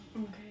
Okay